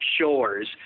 shores